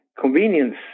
convenience